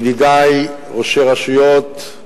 ידידי ראשי הרשויות,